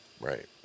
Right